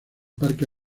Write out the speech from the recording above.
parque